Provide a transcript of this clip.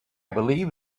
believe